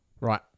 Right